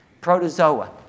Protozoa